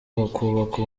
bakubaka